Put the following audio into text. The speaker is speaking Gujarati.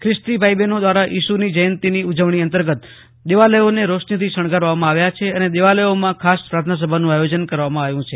પ્રિસ્તી તાઇ બહેનો દ્વારા ઇસુ જયંતીની ઉજવણી અંતર્ગત દેવાલયોને રોશનીથી શણગારવામાં આવ્યા છે અને દેવાલયોમાં ખાસ પ્રાર્થનાસભાનું આયોજન કરવામાં આવ્યું છે